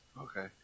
Okay